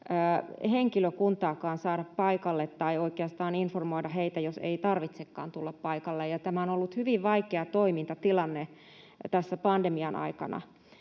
henkilökuntaakaan saada paikalle tai oikeastaan informoida heitä, jos ei tarvitsekaan tulla paikalle. Tämä on ollut hyvin vaikea toimintatilanne tässä pandemian aikana.